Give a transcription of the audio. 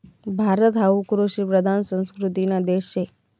भारत हावू कृषिप्रधान संस्कृतीना देश शे